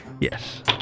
Yes